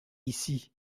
ici